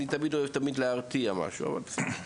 אני אוהב להרתיע אבל שיישאר,